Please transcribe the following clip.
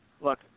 look